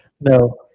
No